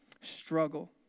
struggle